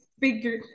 figure